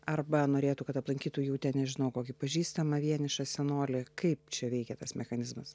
arba norėtų kad aplankytų jų ten nežinau kokį pažįstamą vienišą senolį kaip čia veikia tas mechanizmas